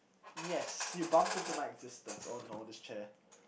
yes you bumped into my existence oh no this chair